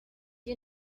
you